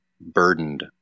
burdened